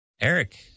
Eric